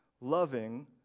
loving